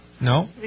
No